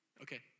okay